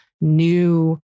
new